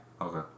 Okay